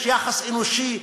יש יחס אנושי.